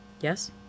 Yes